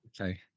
Okay